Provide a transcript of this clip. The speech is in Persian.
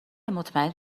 مطمئن